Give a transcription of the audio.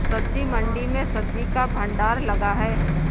सब्जी मंडी में सब्जी का भंडार लगा है